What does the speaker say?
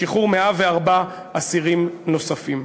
לשחרור 104 אסירים נוספים.